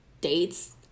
dates